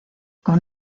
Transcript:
con